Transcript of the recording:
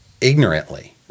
ignorantly